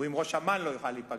הוא עם ראש אמ"ן לא יוכל להיפגש.